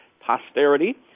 posterity